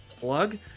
plug